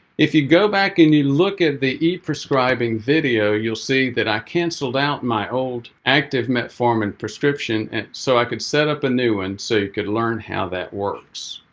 if you go back and you look at the e-prescribing video, you'll see that i cancelled out my old active metformin prescription. and so i could set up a new and so you could learn how that works.